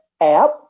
app